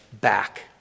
back